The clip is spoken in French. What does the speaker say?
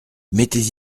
mettez